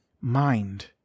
mind